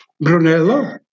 Brunello